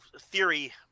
Theory